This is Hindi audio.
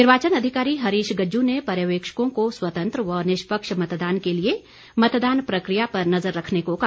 निर्वाचन अधिकारी हरीश गज्जू ने पर्यवेक्षकों को स्वतंत्र व निष्पक्ष मतदान के लिए मतदान प्रक्रिया पर नजर रखने को कहा